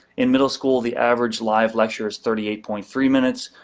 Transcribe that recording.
in middle school the average live lecture is thirty eight point three minutes.